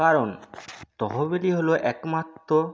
কারণ তহবিলই হলো একমাত্র